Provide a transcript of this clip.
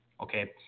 Okay